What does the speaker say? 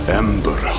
ember